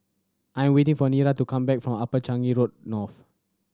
I am waiting for Nira to come back from Upper Changi Road North